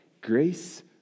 Grace